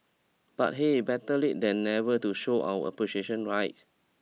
but hey better late than never to show our appreciation right